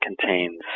contains